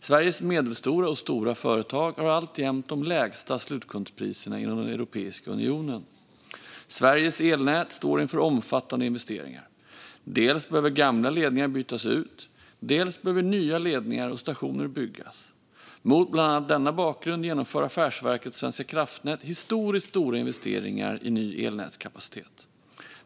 Sveriges medelstora och stora företag har alltjämt de lägsta slutkundspriserna inom Europeiska unionen. Sveriges elnät står inför omfattande investeringar. Dels behöver gamla ledningar bytas ut, dels behöver nya ledningar och stationer byggas. Mot bland annat denna bakgrund genomför Affärsverket svenska kraftnät historiskt stora investeringar i ny elnätskapacitet.